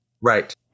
Right